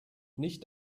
nicht